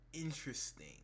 interesting